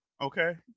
Okay